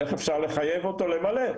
איך אפשר לחייב אותו למלא?